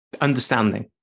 understanding